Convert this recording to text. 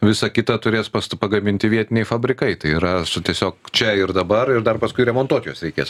visą kitą turės past pagaminti vietiniai fabrikai tai yra su tiesiog čia ir dabar ir dar paskui remontuot juos reikės